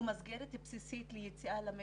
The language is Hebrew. הוא מסגרת בסיסית ליציאה למשק,